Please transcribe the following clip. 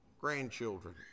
grandchildren